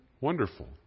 wonderful